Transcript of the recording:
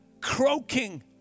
croaking